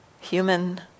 human